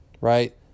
right